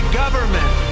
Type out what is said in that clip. government